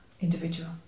individual